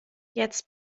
jetzt